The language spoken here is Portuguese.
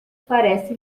parece